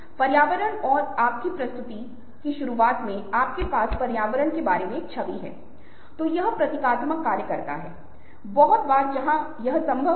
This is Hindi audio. सामाजिक नेटवर्क और सामाजिक मीडिया के संदर्भ में सामाजिक सांस्कृतिक में पहचान की अवधारणा बहुत ही रोचक और प्रासंगिक है